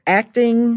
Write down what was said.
acting